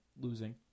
losing